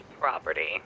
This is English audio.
property